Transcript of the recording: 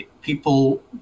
people